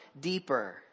deeper